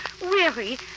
weary